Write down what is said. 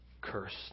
cursed